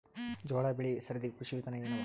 ಜೋಳ ಬೆಳಿ ಸರದಿ ಕೃಷಿ ವಿಧಾನ ಎನವ?